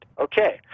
Okay